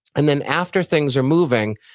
and then after things are moving,